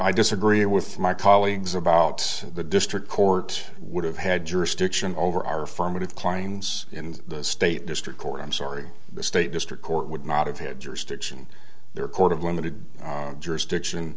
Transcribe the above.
i disagree with my colleagues about the district court would have had jurisdiction over our affirmative claims in the state district court i'm sorry the state district court would not have had jurisdiction their court of limited jurisdiction